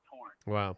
Wow